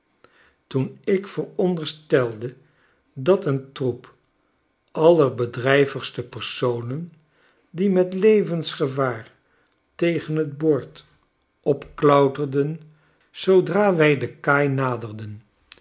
toen ik veronderstelde dat een troep allerbedrijvigste personen die met levensgevaar tegen t boord opklauterden zoodra wij de kaai naderden